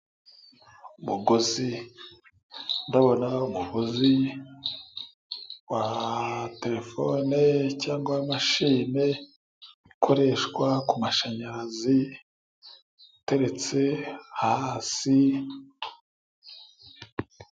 Umugozi ndabona umugugozi wa terefone cyangwa wa mashine ukoreshwa ku mashanyarazi uteretse hasi.